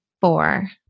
four